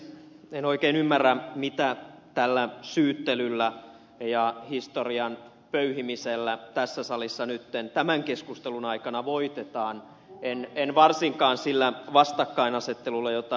en oikein ymmärrä mitä tällä syyttelyllä ja historian pöyhimisellä tässä salissa nyt tämän keskustelun aikana voitetaan varsinkaan sillä vastakkainasettelulla jota ed